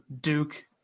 Duke